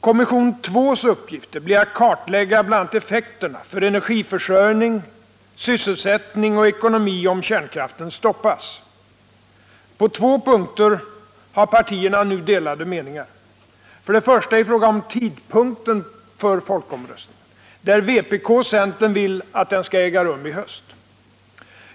Kommission II:s uppgift blir att klarlägga bl.a. effekterna för energiförsörjning, sysselsättning och ekonomi, om kärnkraften stoppas. På två punkter har partierna nu delade meningar. För det första i fråga om tidpunkten för folkomröstningen, där vpk och centern vill att den skall äga rum i höst.